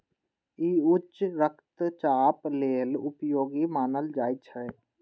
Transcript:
ई उच्च रक्तचाप लेल उपयोगी मानल जाइ छै